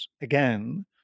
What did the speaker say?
again